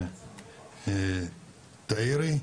אז תעירי.